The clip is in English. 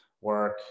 work